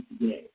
today